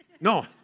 No